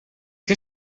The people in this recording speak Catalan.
que